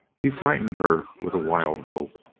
he frightened her with a wild hope.